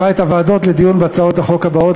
אחת ההודעות מחייבת הצבעה.